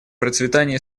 процветание